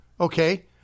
okay